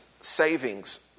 savings